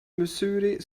musiri